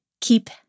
keep